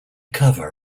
cover